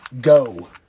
Go